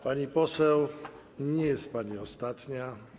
Pani poseł, nie jest pani ostatnia.